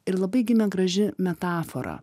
ir labai gimė graži metafora